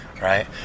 right